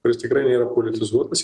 kuris tikrai yra politizuotas